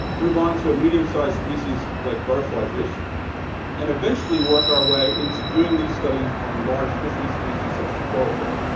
move on to a medium size species like butterfly fish and eventually work our way into doing these studies on large fishery species such as coral trout.